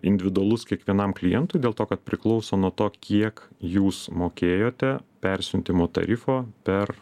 individualus kiekvienam klientui dėl to kad priklauso nuo to kiek jūs mokėjote persiuntimo tarifo per